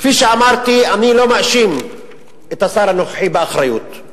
כפי שאמרתי, אני לא מאשים את השר הנוכחי באחריות,